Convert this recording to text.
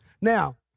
Now